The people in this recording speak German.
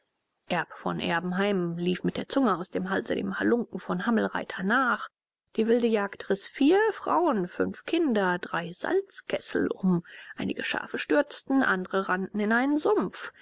erb von erbenheim lief mit der zunge aus dem halse dem halunken von hammelreiter nach die wilde jagd riß vier frauen fünf kinder drei salzkessel um einige schafe stürzten andre rannten in einen sumpf